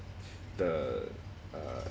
the uh